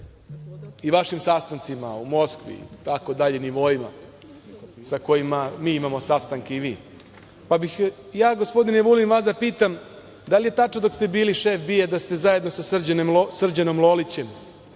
i vašim sastancima u Moskvi itd. nivoima, sa kojima mi imamo sastanke i vi. Ja bih vas gospodine Vulin da pitam da li je tačno dok ste bili šef BIA da ste zajedno sa Srđanom Lolićem,